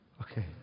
Okay